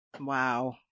Wow